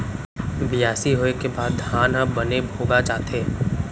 बियासी होय के बाद धान ह बने भोगा जाथे